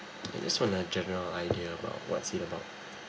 I just want a general idea about what's it about